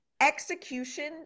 execution